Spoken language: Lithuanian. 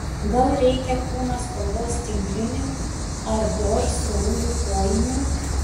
gal reikia kūno spalvos tinklinių ar dior storųjų kojinių